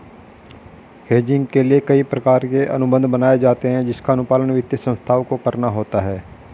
hedging के लिए कई प्रकार के अनुबंध बनाए जाते हैं जिसका अनुपालन वित्तीय संस्थाओं को करना होता है